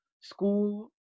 school